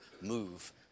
move